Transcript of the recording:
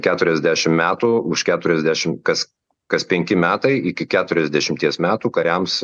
keturiasdešim metų už keturiasdešim kas kas penki metai iki keturiasdešimties metų kariams